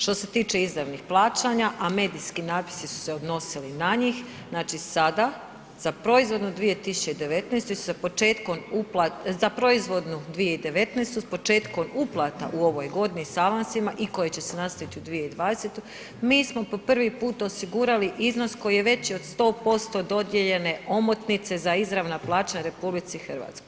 Što se tiče izravnih plaćanja, a medijski natpisi su se odnosili na njih, znači sada za proizvodnu 2019. s početkom, za proizvodnju 2019. s početkom uplata u ovoj godini s avansima, i koje će se nastaviti u 2020. mi smo po prvi put osigurali iznos koji je već od 100% dodijeljene omotnice za izravna plaćanja RH.